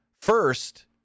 first